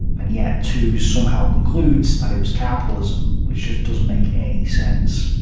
and yet tooze somehow concludes that it was capitalism, which just doesn't make any sense.